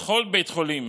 בכל בית חולים,